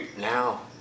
Now